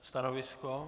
Stanovisko?